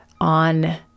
on